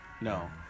No